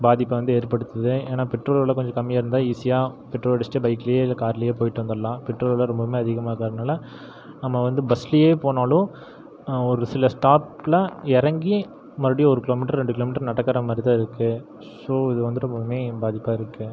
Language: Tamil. பாதிப்பை வந்து ஏற்படுத்தது ஏன்னால் பெட்ரோல் விலை கொஞ்சம் கம்மியாக இருந்தால் ஈஸியாக பெட்ரோல் அடிச்சுட்டு பைக்கிலேயோ இல்லை கார்லேயோ போயிட்டு வந்துடலாம் பெட்ரோல் விலை ரொம்ப ரொம்ப அதிகமாக இருக்கிறதுனால நம்ம வந்து பஸ்லேயே போனாலும் ஒரு சில ஸ்டாப்பில் இறங்கி மறுபடியும் ஒரு கிலோமீட்டர் ரெண்டு கிலோமீட்டர் நடக்கிற மாதிரி தான் இருக்குது ஸோ இது வந்துட்டு முழுவதுமே பாதிப்பாக இருக்குது